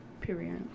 period